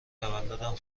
تولدم